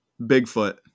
Bigfoot